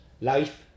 life